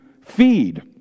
feed